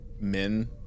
men